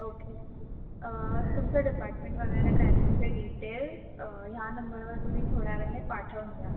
okay तुमचं department वगैरे काय तुमचे डिटेल्स ह्या नंबरवर तुम्ही थोड्या वेळाने पाठवून द्या